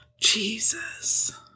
Jesus